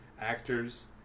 actors